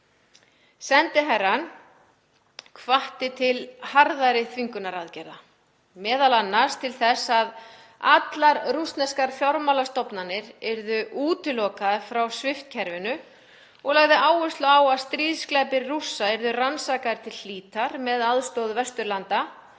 Sendiherrann hvatti til harðari þvingunaraðgerða, m.a. til þess að allar rússneskar fjármálastofnanir yrðu útilokaðir frá SWIFT-kerfinu og lagði áherslu á að stríðsglæpir Rússa yrðu rannsakaðir til hlítar með aðstoð Vesturlanda